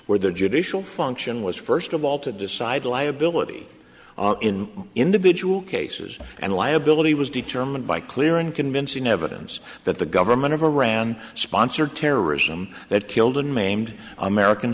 where the judicial function was first of all to decide liability in individual cases and liability was determined by clear and convincing evidence that the government of iran sponsored terrorism that killed and maimed american